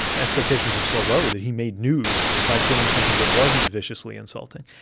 expectations are so low that he made news by saying something that wasn't viciously insulting.